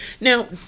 Now